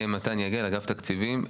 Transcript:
מתן יגל, אגף תקציבים.